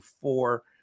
four